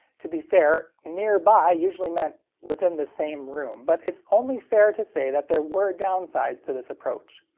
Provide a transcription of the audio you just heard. to be fair, nearby usually meant within the same room, but it's only fair to say that there were downsides to this approach.